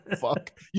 Fuck